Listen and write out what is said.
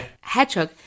hedgehog